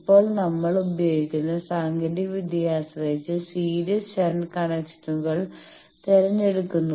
ഇപ്പോൾ നിങ്ങൾ ഉപയോഗിക്കുന്ന സാങ്കേതികവിദ്യയെ ആശ്രയിച്ച് സീരീസ് ഷണ്ട് കണക്ഷനുകൾ തിരഞ്ഞെടുക്കുന്നു